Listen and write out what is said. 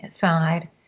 side